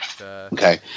Okay